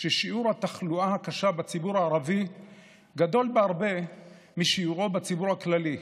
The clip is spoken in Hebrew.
ששיעור התחלואה הקשה בציבור הערבי גדול בהרבה משיעורו בציבור הכללי,